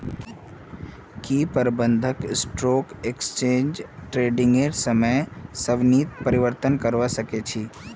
की प्रबंधक stock exchange ट्रेडिंगेर समय सारणीत परिवर्तन करवा सके छी